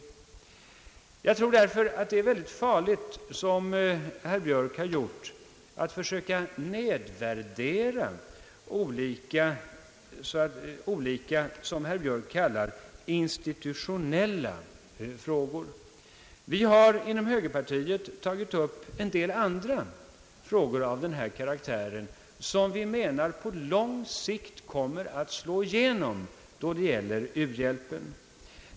Jag tror därför att det är mycket farligt att — som herr Björk har gjort — försöka nedvärdera olika institutionella frågor, som herr Björk kallar det. Vi inom högerpartiet har tagit upp en del andra frågor av denna karaktär, frågor som vi menar kommer att på lång sikt slå igenom beträffande u-hjälpen.